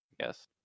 Yes